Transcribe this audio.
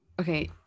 okay